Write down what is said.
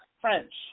French